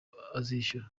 azishyura